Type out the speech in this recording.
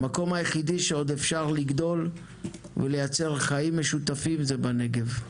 המקום היחידי שאפשר לגדול ולייצר חיים משותפים בו הוא הנגב.